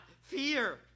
fear